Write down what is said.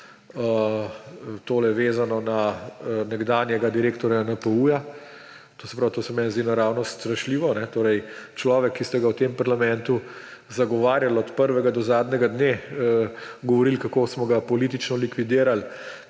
tole, vezano na nekdanjega direktorja NPU. To se meni zdi naravnost strašljivo. Človek, ki ste ga v tem parlamentu zagovarjali od prvega do zadnjega dne, govorili, kako smo ga politično likvidirali,